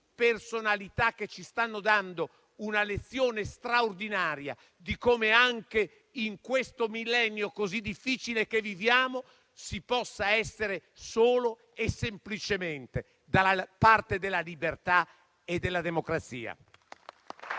personalità che ci stanno dando una lezione straordinaria di come, anche in questo millennio così difficile che viviamo, si possa essere solo e semplicemente dalla parte della libertà e della democrazia.